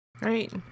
right